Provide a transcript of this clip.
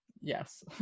yes